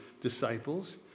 disciples